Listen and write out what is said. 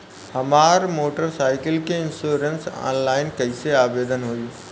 हमार motor cycle के insurance online कईसे आवेदन होई?